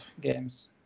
games